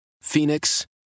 Phoenix